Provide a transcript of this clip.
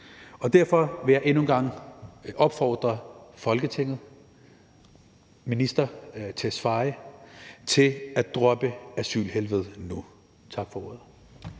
Derfor vil jeg endnu en gang opfordre Folketinget og ministeren til at droppe asylhelvedet nu. Tak for ordet.